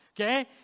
okay